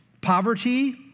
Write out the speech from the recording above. poverty